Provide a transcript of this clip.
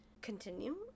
Continue